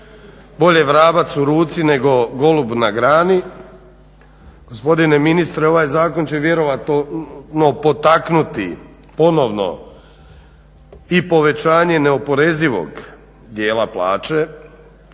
bolje vrabac u ruci nego golub na grani. Gospodine ministre ovaj zakon će vjerojatno potaknuti ponovo i povećanje neoporezivog dijela plaće